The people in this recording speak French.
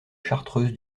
chartreuse